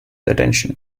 attention